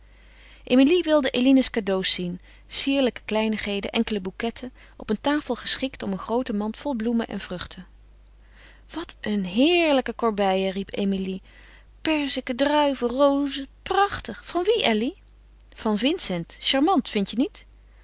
emilie wilde eline's cadeaux zien sierlijke kleinigheden enkele bouquetten op een tafel geschikt om een groote mand vol bloemen en vruchten wat een heerlijke corbeille riep emilie perziken druiven rozen prachtig van wie elly van vincent charmant vindt je niet